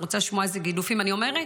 את רוצה לשמוע איזה גידופים אני עוברת?